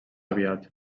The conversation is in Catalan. aviat